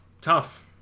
Tough